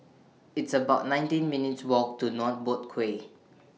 It's about nineteen minutes' Walk to North Boat Quay